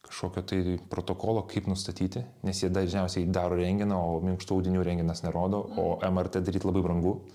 kažkokio tai protokolo kaip nustatyti nes jie dažniausiai daro rentgeną o minkštų audinių rentgenas nerodo o mrt daryti labai brangu